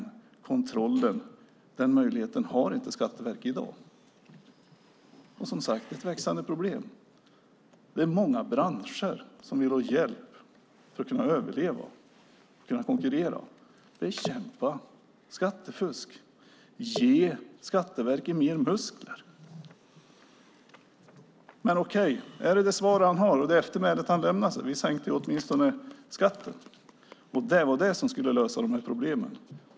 Skatteverket har dock ingen möjlighet till kontroll. Det är ett växande problem. Det är många branscher som vill ha hjälp för att kunna överleva och konkurrera. Bekämpa skattefusk! Ge Skatteverket mer muskler! Men okej, Anders Borg, det kanske är ditt svar och ditt eftermäle: Vi sänkte åtminstone skatten, och det skulle lösa problemen.